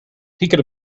could